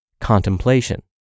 contemplation